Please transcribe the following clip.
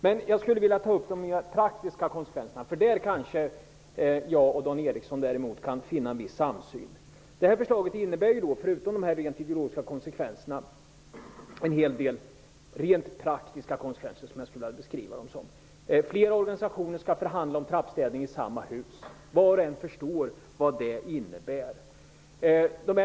Men jag skulle vilja ta upp de mera praktiska konsekvenserna, för där kanske Dan Eriksson och jag däremot kan finna ett viss samsyn. Majoritetsförslaget innebär, förutom de ideologiska inslagen, en hel del rent praktiska konsekvenser, som jag skulle vilja beskriva dem som. Flera organisationer skall förhandla om trappstädning i samma hus. Var och en förstår vad det innebär.